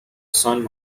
son